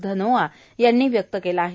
धनोआ यांनी व्यक्त केला आहे